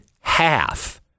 half